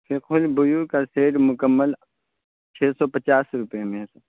فقہ البیوع کا سیٹ مکمل چھ سو پچاس روپئے میں ہے